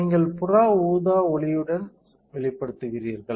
நீங்கள் புற ஊதா ஒளியுடன் வெளிப்படுத்துகிறீர்கள்